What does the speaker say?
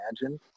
imagine